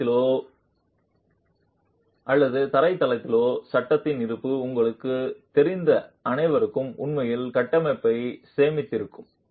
அடித்தளத்திலோ அல்லது தரை தளத்திலோ சட்டத்தின் இருப்பு உங்களுக்குத் தெரிந்த அனைவருக்கும் உண்மையில் கட்டமைப்பைச் சேமித்திருக்கும்